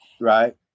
Right